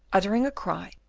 uttering a cry,